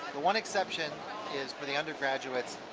the one exception is for the undergraduates,